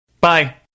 Bye